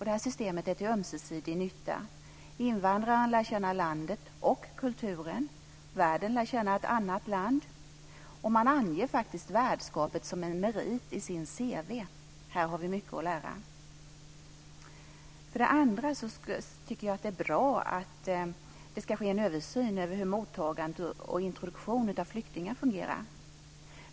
Det här systemet är till ömsesidig nytta. Invandraren lär känna landet och kulturen. Värden lär känna ett annat land, och man anger faktiskt värdskapet som en merit i sin CV. Här har vi mycket att lära. Jag tycker att det är bra att det ska ske en översyn av hur mottagande och introduktion av flyktingar fungerar.